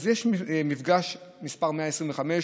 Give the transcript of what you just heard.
אז יש מפגש מס' 125,